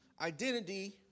Identity